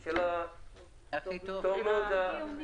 של הטוב הוא הטוב ביותר.